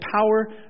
power